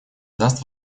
даст